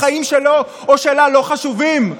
החיים שלו או שלה לא חשובים?